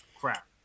Crap